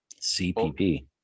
cpp